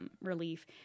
relief